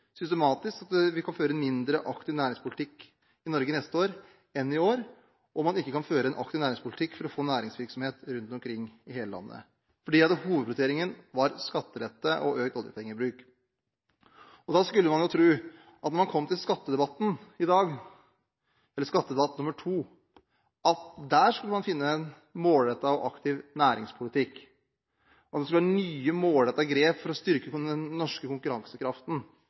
systematisk, sånn at vi neste år kan føre en mindre aktiv næringspolitikk i Norge enn i år, og man kan ikke føre en aktiv næringspolitikk for å få næringsvirksomhet rundt omkring i hele landet fordi hovedprioriteringen var skattelette og økt oljepengebruk. Da skulle man jo tro at når man kom til skattedebatten i dag – skattedebatt nummer to – skulle man finne en målrettet og aktiv næringspolitikk, og at det skulle være nye målrettede grep for å styrke den norske konkurransekraften